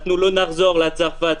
אנחנו לא נחזור לצרפת,